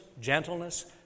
gentleness